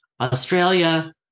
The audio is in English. Australia